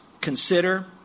consider